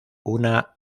una